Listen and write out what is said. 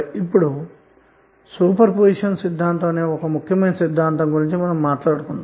ఇప్పుడుసూపర్పొజిషన్ సిద్ధాంతంఅనే ఒక ముఖ్యమైన సిద్ధాంతం గురించి మాట్లాడుకుందాం